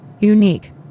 Unique